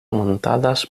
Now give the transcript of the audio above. montadas